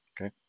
okay